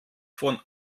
von